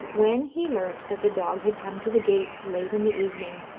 when he learnt that the dog had come to the gates late in the evening,